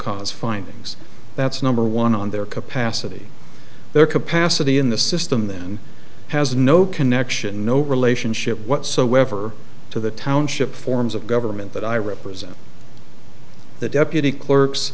cause findings that's number one on their capacity their capacity in the system then has no connection no relationship whatsoever to the township forms of government that i represent the deputy clerks